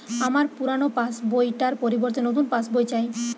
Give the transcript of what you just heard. আমার পুরানো passbook টার পরিবর্তে নতুন পাশ বই চাই